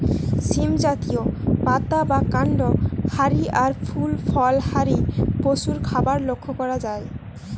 সীম জাতীয়, পাতা বা কান্ড হারি আর ফুল ফল হারি পশুর খাবার লক্ষ করা যায়